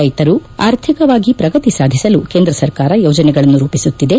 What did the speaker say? ರೈತರು ಆರ್ಥಿಕವಾಗಿ ಪ್ರಗತಿ ಸಾಧಿಸಲು ಕೇಂದ್ರ ಸರ್ಕಾರ ಯೋಜನೆಗಳನ್ನು ರೂಪಿಸುತ್ತಿದೆ